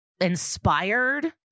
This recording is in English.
inspired